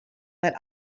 but